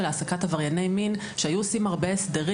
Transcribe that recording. העסקת עברייני מין כשהיו עושים הרבה הסדרי